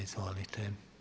Izvolite.